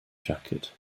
jacket